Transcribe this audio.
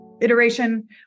iteration